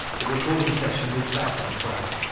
the recording session was back on track.